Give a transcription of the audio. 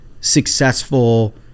successful